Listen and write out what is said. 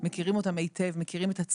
אנחנו מכירים היטב את התושבים שלנו,